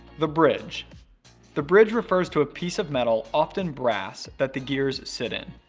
the bridge the bridge refers to a piece of metal, often brass, that the gears sit in.